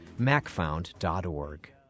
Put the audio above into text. macfound.org